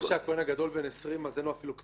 לא הגענו ל-X שלנו.